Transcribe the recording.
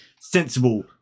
sensible